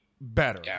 better